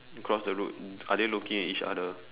across the road are they looking at each other